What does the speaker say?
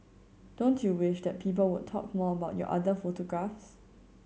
don't you wish that people would talk more about your other photographs